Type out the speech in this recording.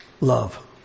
love